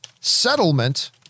settlement